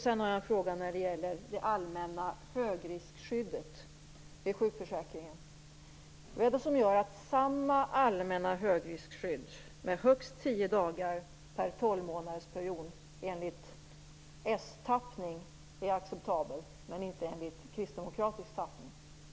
Sedan har jag en fråga när det gäller det allmänna högriskskyddet i sjukförsäkringen. Vad är det som gör att samma allmänna högriskskydd med högst tio dagar per tolvmånadersperiod i s-tappning är acceptabelt, men inte i kristdemokratisk tappning?